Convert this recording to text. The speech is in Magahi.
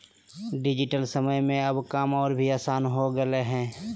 डिजिटल समय में अब काम और भी आसान हो गेलय हें